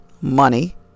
money